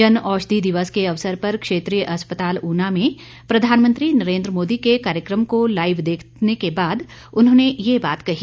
जनऔषधि दिवस के अवसर पर क्षेत्रीय अस्पताल ऊना में प्रधानमंत्री नरेन्द्र मोदी के कार्यक्रम को लाईव देखने के बाद उन्होंने ये बात कही